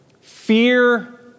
Fear